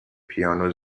پیانو